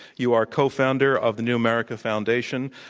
you are co-founder of the new america foundation,